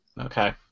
Okay